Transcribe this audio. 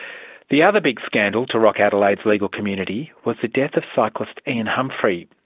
the other big scandal to rock adelaide's legal community was the death of cyclist ian humphrey.